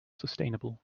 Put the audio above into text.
sustainable